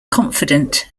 confident